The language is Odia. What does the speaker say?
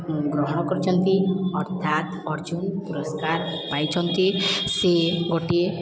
ଗ୍ରହଣ କରିଛନ୍ତି ଅର୍ଥାତ୍ ଅର୍ଜୁନ ପୁରସ୍କାର ପାଇଛନ୍ତି ସେ ଗୋଟିଏ